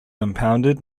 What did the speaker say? impounded